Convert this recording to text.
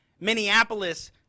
Minneapolis